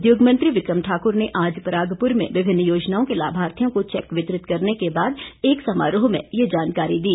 उद्योग मंत्री विक्रम ठाकुर ने आज परागपुर में विभिन्न योजनाओं के लाभार्थियों को चैक वितरित करने के बाद एक समारोह में यह जानकारी दी